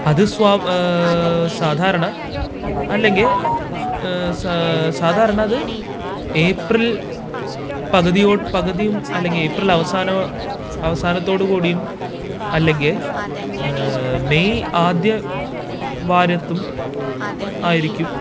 അത് സാധാരണ അല്ലെങ്കില് സാധാരണ അത് ഏപ്രില് പകുതിയും അല്ലെങ്കില് ഏപ്രിലവസാനമോ അവസാനത്തോടു കൂടിയും അല്ലെങ്കില് മെയ് ആദ്യ വാരത്തും ആയിരിക്കും